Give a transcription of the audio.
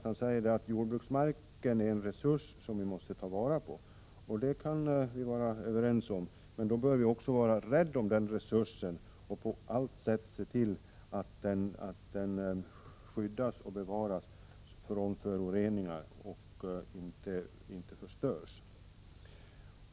Han säger att jordbruksmarken är en resurs som måste tas till vara. Jag kan hålla med om det, men vi bör då också vara rädda om den resursen och på allt sätt se till att den skyddas och bevaras från föroreningar och inte förstörs.